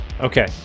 Okay